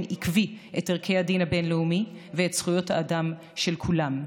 עקבי את ערכי הדין הבין-לאומי ואת זכויות האדם של כולם.